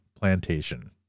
Plantation